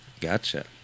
Gotcha